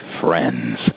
friends